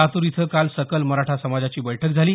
लातूर इथं काल सकल मराठा समाजाची बैठक झाली